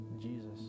Jesus